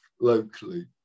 locally